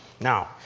Now